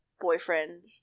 boyfriend